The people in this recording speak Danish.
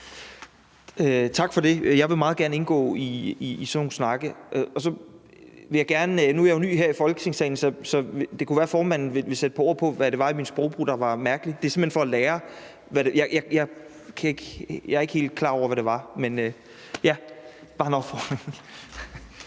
Tak for det. Jeg vil meget gerne indgå i sådan nogle snakke. Så vil jeg gerne spørge: Nu er jeg jo ny her i Folketingssalen, så det kan være, formanden vil sætte nogle ord på, hvad det var i min sprogbrug, der var mærkeligt? Det er simpelt hen for at lære. Jeg er ikke helt klar over, hvad det var, så det er bare en opfordring.